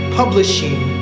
publishing